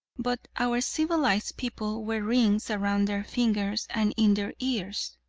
but our civilized people wear rings around their fingers and in their ears.